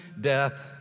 death